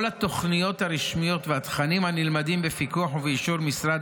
כל התוכניות הרשמיות והתכנים הנלמדים בפיקוח ובאישור משרד